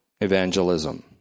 evangelism